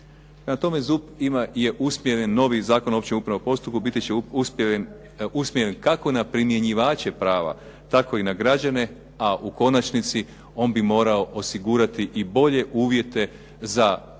tome ZUP ima, novi Zakon o općem upravnom postupku biti će usmjeren kako na primjenjivače prava, tako i na građane, a u konačnici on bi morao osigurati i bolje uvjete za poduzetnike,